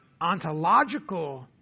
ontological